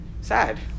Sad